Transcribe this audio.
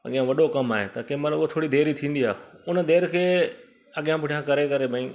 अॻियां वॾो कमु आहे त कंहिं महिल उहो थोरी देरी थींदी आहे हुन देरि खे अॻियां पुठियां करे करे भई